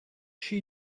she